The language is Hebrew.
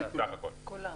לכולם בסך הכול.